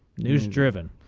news driven.